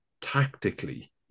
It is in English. tactically